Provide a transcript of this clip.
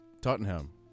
Tottenham